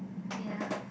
wait ah